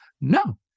no